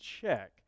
check